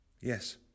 Yes